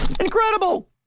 Incredible